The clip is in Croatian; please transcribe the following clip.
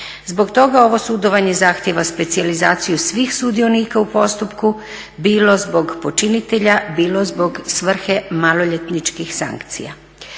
Zbog toga ovo sudovanje zahtijeva specijalizaciju svih sudionika u postupku, bilo zbog počinitelja, bilo zbog svrhe maloljetničkih sankcija.